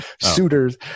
suitors